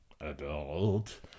adult